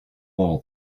all